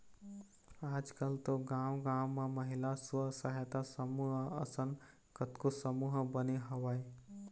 आजकल तो गाँव गाँव म महिला स्व सहायता समूह असन कतको समूह बने हवय